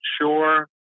sure